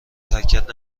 حرکت